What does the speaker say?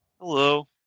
Hello